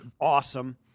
awesome